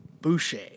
Boucher